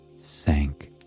sank